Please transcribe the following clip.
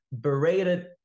berated